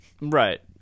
Right